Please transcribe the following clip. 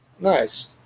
Nice